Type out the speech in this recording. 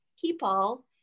people